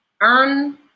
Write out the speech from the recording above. earn